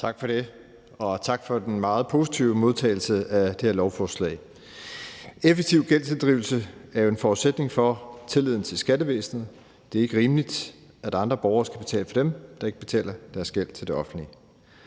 Tak for det, og tak for den meget positive modtagelse af det her lovforslag. Effektiv gældsinddrivelse er jo en forudsætning for tilliden til skattevæsenet. Det er ikke rimeligt, at andre borgere skal betale for dem, der ikke betaler deres gæld til det offentlige.